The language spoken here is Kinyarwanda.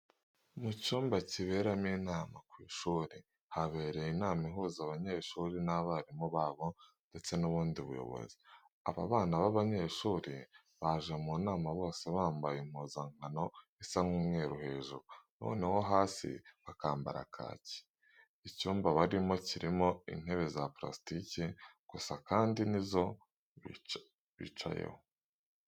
Mu cyumba kiberamo inama ku ishuri habereye inama ihuza abanyeshuri n'abarimu babo ndetse n'ubundi buyobozi, aba bana b'abanyeshuri baje mu nama bose bambaye impuzankano isa nk'umweru hejuru, noneho hasi bakambara kaki. Icyumba barimo kirimo intebe za parasitike gusa kandi nizo bicayeho.